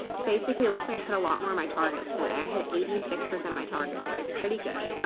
basically it looks like i hit a lot more of my targets today. i had eighty six percent of my targets which is pretty good.